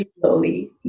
slowly